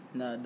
na